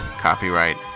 Copyright